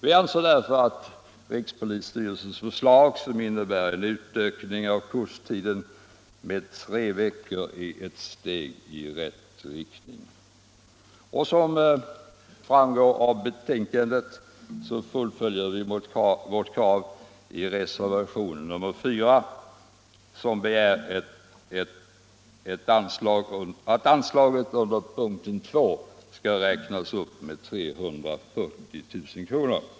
Vi anser därför att rikspolisstyrelsens förslag, som innebär en utökning av kurstider med tre veckor, är ett steg i rätt riktning. Som framgår av betänkandet fullföljer vi vårt krav i reservationen 4, där vi begär att anslaget under punkten 2 skall räknas upp med 340 000 kr.